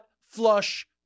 flush